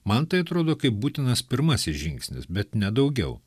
man tai atrodo kaip būtinas pirmasis žingsnis bet ne daugiau